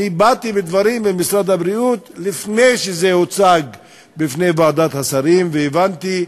אני באתי בדברים עם משרד הבריאות לפני שזה הוצג בפני ועדת השרים והבנתי.